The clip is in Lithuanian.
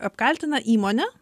apkaltina įmonę